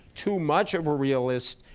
too much of a realist,